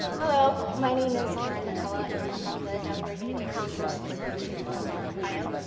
hello. my name is karen mccullough and i'm from the dell ray unitarian universalist fellowship in dell ray, ohio.